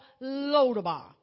Lodabar